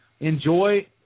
enjoy